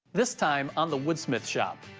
this time i'm the wood smith shop.